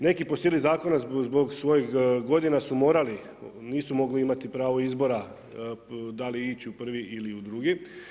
Neki po sili zakona zbog svojih godina su morali, nisu mogli imati pravo izbora da li ići u prvi ili u drugi.